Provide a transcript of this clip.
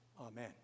Amen